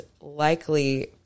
likely